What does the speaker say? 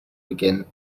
begin